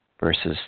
versus